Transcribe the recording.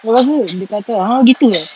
lepas tu dia kata !huh! gitu eh